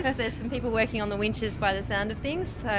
there's some people working on the winches by the sound of things,